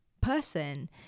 person